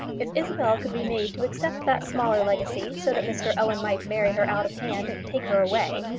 if isabel could be made to accept that smaller legacy, so that mr owen might marry her out of hand and take her away,